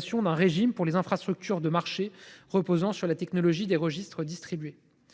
sur un régime pilote pour les infrastructures de marché reposant sur la technologie des registres distribués.